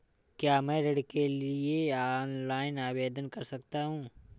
क्या मैं ऋण के लिए ऑनलाइन आवेदन कर सकता हूँ?